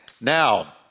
Now